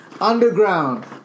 underground